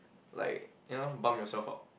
like you know bump yourself out